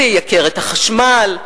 זה ייקר את החשמל.